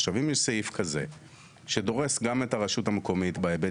עכשיו אם יש סעיף כזה שדורס גם את הרשות המקומית בהיבט